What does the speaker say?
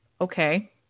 Okay